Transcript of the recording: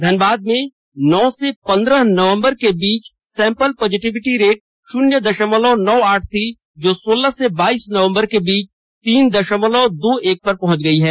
धनबाद में नौ से पंद्रह नंबर के बीच सैंपल पॉजिटिविटी रेट शुन्य दशमलव नौ आठ थी जो सोलह से बाईस नवंबर के बीच तीन दशमलव दो एक पर पहुंच गई है